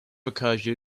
recursion